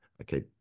Okay